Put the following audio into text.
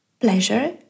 pleasure